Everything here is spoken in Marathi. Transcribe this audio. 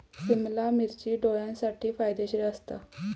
सिमला मिर्ची डोळ्यांसाठी फायदेशीर असता